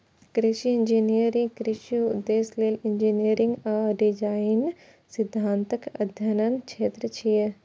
कृषि इंजीनियरिंग कृषि उद्देश्य लेल इंजीनियरिंग आ डिजाइन सिद्धांतक अध्ययनक क्षेत्र छियै